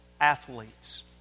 athletes